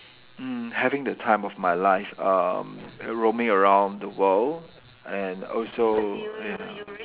mm having the time of my life um roaming around the world and also ya